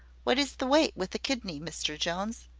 what is the weight with the kidney, mr jones?